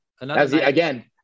again